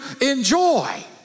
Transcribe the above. enjoy